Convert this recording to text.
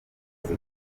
zika